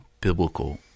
biblical